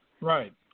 Right